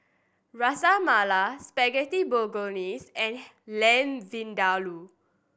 Ras Malai Spaghetti Bolognese and Lamb Vindaloo